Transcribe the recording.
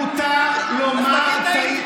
מותר לומר, אז תגיד: טעיתי.